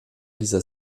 dieser